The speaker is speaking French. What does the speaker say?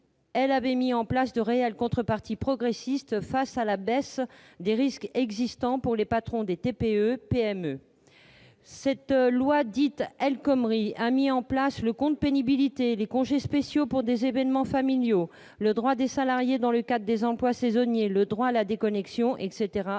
elle a aussi mis en place de réelles contreparties progressistes face à la baisse des risques existant pour les patrons des TPE-PME. Cette loi dite El Khomri a ainsi prévu le compte pénibilité, les congés spéciaux pour les événements familiaux, le droit des salariés dans le cadre des emplois saisonniers, le droit à la déconnexion, et